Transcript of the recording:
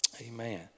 Amen